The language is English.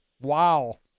Wow